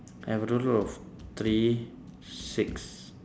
I have a total of three six